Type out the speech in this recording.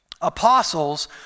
Apostles